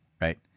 right